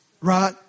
Right